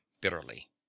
bitterly